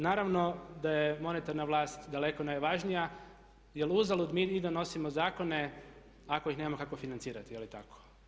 Naravno da je monetarna vlast daleko najvažnija jer uzalud mi i da donosimo zakone ako ih nemamo kako financirati, je li tako?